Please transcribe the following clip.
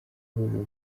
ihuriro